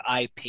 IP